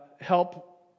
help